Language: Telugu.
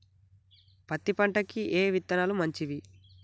పత్తి పంటకి ఏ విత్తనాలు మంచివి?